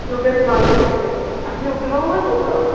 যোগেশ গঞ্জ থেকে আপনি উকিল বাবু বলছেন তো